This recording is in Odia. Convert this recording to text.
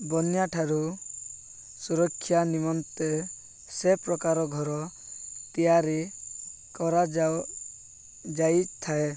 ବନ୍ୟାଠାରୁ ସୁରକ୍ଷା ନିମନ୍ତେ ସେପ୍ରକାର ଘର ତିଆରି କରାଯାଉ ଯାଇଥାଏ